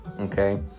okay